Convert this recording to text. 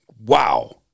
Wow